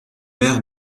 mer